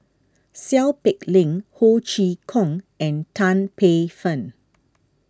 Seow Peck Leng Ho Chee Kong and Tan Paey Fern